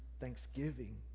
thanksgiving